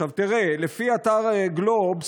לפי אתר גלובס,